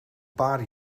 paar